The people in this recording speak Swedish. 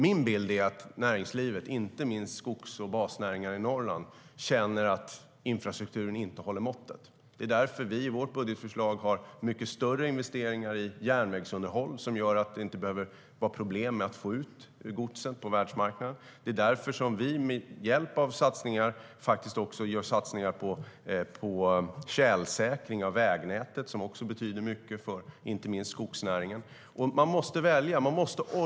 Min bild är att näringslivet, inte minst skogs och basnäringar i Norrland, känner att infrastrukturen inte håller måttet. Det är därför vi i vårt budgetförslag har mycket större investeringar i järnvägsunderhåll, som gör att det inte behöver vara problem med att få ut godset på världsmarknaden. Det är därför som vi gör satsningar på tjälsäkring av vägnätet, som också betyder mycket för inte minst skogsnäringen. Man måste välja.